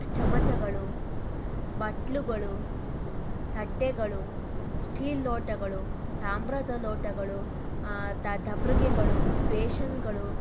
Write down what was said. ಚಮಚಗಳು ಬಟ್ಟಲುಗಳು ತಟ್ಟೆಗಳು ಸ್ಟೀಲ್ ಲೋಟಗಳು ತಾಮ್ರದ ಲೋಟಗಳು ದ ದಬ್ರಿಗೆಗಳು ಬೇಶನ್ಗಳು